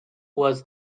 was